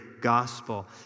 gospel